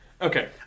Okay